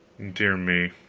dear me,